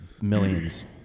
millions